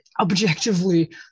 objectively